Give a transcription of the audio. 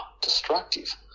destructive